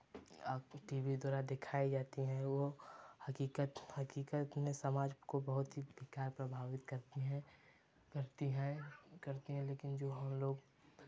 आपको TV द्वारा दिखाई जाती हैं वो हकीकत हकीकत में समाज को बहुत ही बेकार प्रभावित करती हैं करती हैं करती हैं लेकिन जो हम लोग